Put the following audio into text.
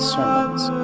Sermons